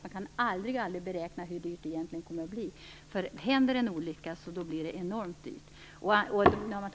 Man kan aldrig beräkna hur dyrt det egentligen kommer att bli. Om det händer en olycka blir det enormt dyrt.